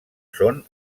són